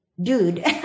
dude